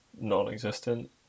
non-existent